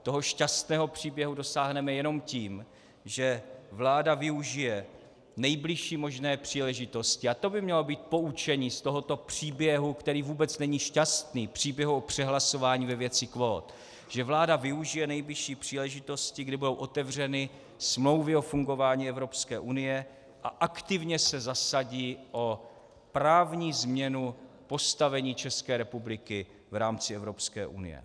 Toho šťastného příběhu ale dosáhneme jenom tím, že vláda využije nejbližší možné příležitosti a to by mělo být poučení z tohoto příběhu, který vůbec není šťastný, příběhu přehlasování ve věci kvót že vláda využije nejbližší příležitosti, kdy budou otevřeny smlouvy o fungování Evropské unie, a aktivně se zasadí o právní změnu postavení České republiky v rámci Evropské unie.